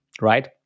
right